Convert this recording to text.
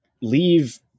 leave